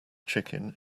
chicken